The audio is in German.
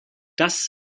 das